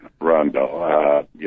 Rondo